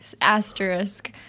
asterisk